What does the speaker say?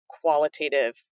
qualitative